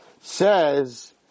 says